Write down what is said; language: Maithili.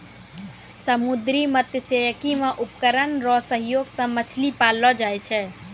समुन्द्री मत्स्यिकी मे उपकरण रो सहयोग से मछली पाललो जाय छै